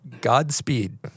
Godspeed